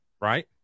right